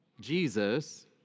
Jesus